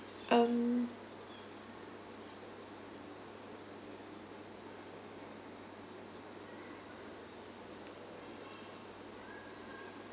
um